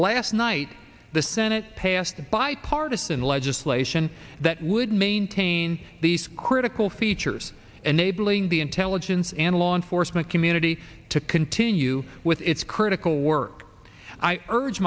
last night the senate passed a bipartisan legislation that would maintain these critical features and they bring the intelligence and law enforcement community to continue with its critical work i urge